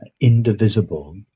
indivisible